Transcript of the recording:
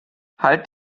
halt